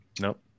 nope